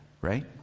right